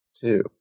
two